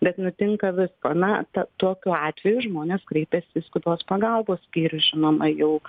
bet nutinka visko na tokiu atveju žmonės kreipiasi į skubios pagalbos skyrių žinoma jau